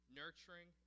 nurturing